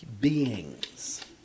beings